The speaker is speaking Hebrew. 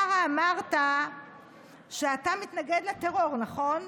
אתה הרי אמרת שאתה מתנגד לטרור, נכון?